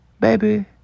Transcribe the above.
Baby